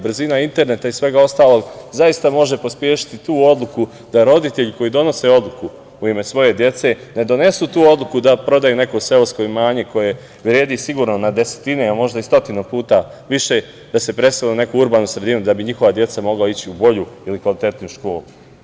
Brzina interneta zaista može pospešiti tu odluku da roditelji koji donose odluku u ime svoje dece ne donesu tu odluku da prodaju neko seosko imanje koje vredi sigurno desetine a možda i stotinu puta više, da se presele u neku urbanu sredinu, da bi njihova deca mogla ići u bolju ili kvalitetniju školu.